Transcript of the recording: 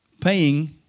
Paying